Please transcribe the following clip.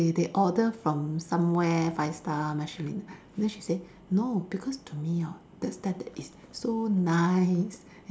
they they order from somewhere five star Michelin then she say no because to me hor the standard is so nice